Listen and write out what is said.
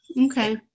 Okay